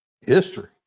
history